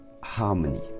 harmony